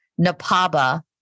NAPABA